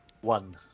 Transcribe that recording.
One